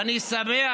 ואני שמח,